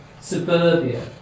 suburbia